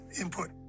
input